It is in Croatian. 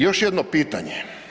Još jedno pitanje.